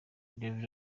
rev